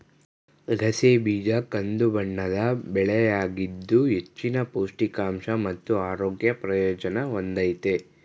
ಅಗಸೆ ಬೀಜ ಕಂದುಬಣ್ಣದ ಬೆಳೆಯಾಗಿದ್ದು ಹೆಚ್ಚಿನ ಪೌಷ್ಟಿಕಾಂಶ ಮತ್ತು ಆರೋಗ್ಯ ಪ್ರಯೋಜನ ಹೊಂದಯ್ತೆ